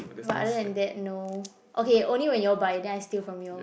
but other than that no okay only when you all buy then I steal from you all